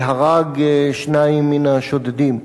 והרג שניים מן השודדים.